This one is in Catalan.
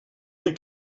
vull